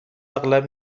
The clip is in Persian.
اغلب